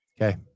Okay